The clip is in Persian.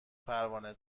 پروانه